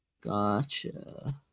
Gotcha